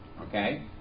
Okay